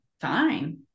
fine